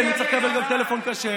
כן, הוא צריך לקבל גם טלפון כשר.